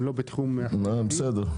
נכון.